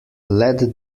let